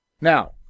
Now